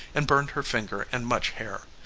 and burned her finger and much hair.